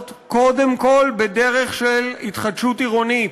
קודם כול בדרך של התחדשות עירונית,